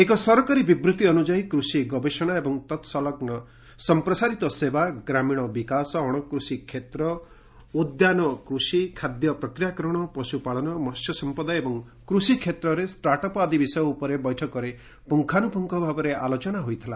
ଏକ ସରକାରୀ ବିବୃତ୍ତି ଅନୁଯାୟୀ କୃଷି ଗବେଷଣା ଏବଂ ତତ୍ ସଂଲଗ୍ନ ସମ୍ପ୍ରସାରିତ ସେବା ଗ୍ରାମୀଣ ବିକାଶ ଅଣକୃଷି କ୍ଷେତ୍ର ଉଦ୍ୟାନ କୃଷି ଖାଦ୍ୟ ପ୍ରକ୍ରିୟାକରଣ ପଶୁପାଳନ ମହ୍ୟସମ୍ପଦ ଏବଂ କୃଷି କ୍ଷେତ୍ରରେ ଷ୍ଟାର୍ଟ ଅପ' ଆଦି ବିଷୟ ଉପରେ ବୈଠକରେ ପୁଙ୍ଗାନୁପୁଙ୍ଗ ଆଲୋଚନା ହୋଇଥିଲା